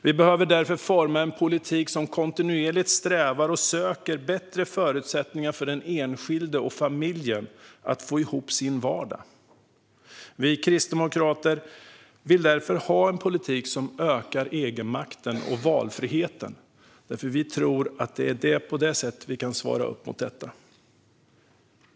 Vi behöver därför forma en politik som kontinuerligt strävar efter och söker bättre förutsättningar för den enskilde och familjen att få ihop sin vardag. Vi kristdemokrater vill därför ha en politik som ökar egenmakt och valfrihet; vi tror att det är på det sättet vi kan svara upp mot detta.